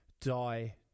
die